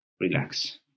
relax